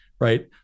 right